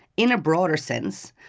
in a broader sense,